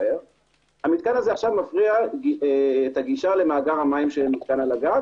המתקן הזה מפריע את הגישה למאגר המים שמותקן על הגג.